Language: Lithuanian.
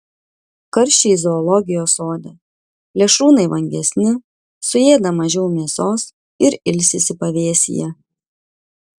karščiai zoologijos sode plėšrūnai vangesni suėda mažiau mėsos ir ilsisi pavėsyje